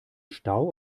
stau